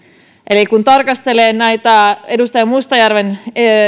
eli kun tarkastelee edustaja mustajärven